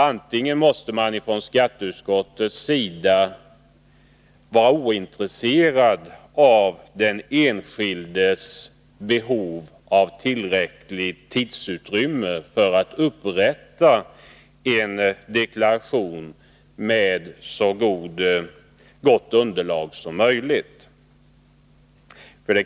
Man frågar sig om skatteutskottet är ointresserat av den enskildes behov av tillräckligt tidsutrymme för att upprätta sin självdeklaration med så gott underlag som möjligt.